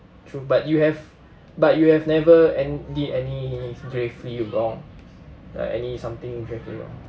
true but you have but you have never an~ did any gravely wrong like any something gravely wrong